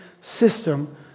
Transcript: system